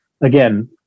again